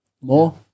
more